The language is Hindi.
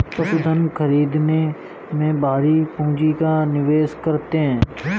पशुधन खरीदने में भारी पूँजी का निवेश करते हैं